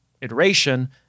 iteration